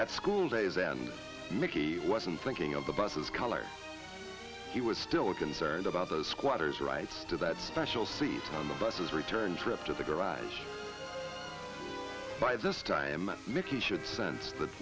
at school days then mickey wasn't thinking of the buses color he was still concerned about the squatter's rights to that special seat on the buses return trip to the garage by this time mickey should sense